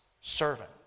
servant